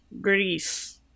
Greece